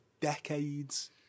decades